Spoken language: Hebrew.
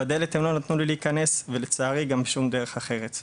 בדלת הם לא נתנו לי להיכנס ולצערי גם שום דרך אחרת.